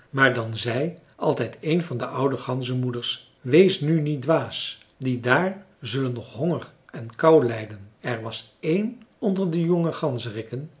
maar dan zei altijd een van de oude ganzenmoeders wees nu niet dwaas die daar zullen nog honger en kou lijden er was één onder de jonge